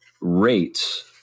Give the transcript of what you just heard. rates